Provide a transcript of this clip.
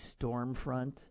Stormfront